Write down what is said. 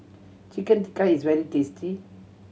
Chicken Tikka is very tasty